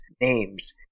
names